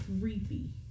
creepy